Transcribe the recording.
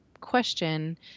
question